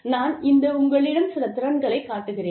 நான் இந்த உங்களிடம் சில திறன்களைக் காட்டுகிறேன்